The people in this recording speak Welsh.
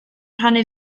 rhannu